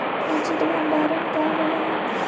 उचित भंडारण का होव हइ?